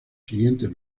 siguientes